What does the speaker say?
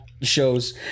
shows